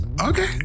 okay